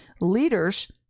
leaders